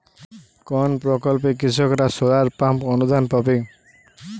কোন প্রকল্পে কৃষকরা সোলার পাম্প অনুদান পাবে?